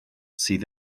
sydd